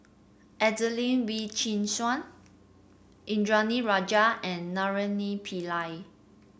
Adelene Wee Chin Suan Indranee Rajah and Naraina Pillai